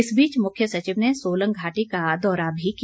इस बीच मुख्य सचिव ने सोलंग घाटी का दौरा भी किया